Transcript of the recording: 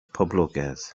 poblogaidd